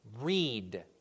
read